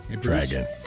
Dragon